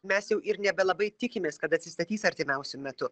mes jau ir nebelabai tikimės kad atsistatys artimiausiu metu